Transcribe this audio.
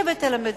לשבת על המדוכה,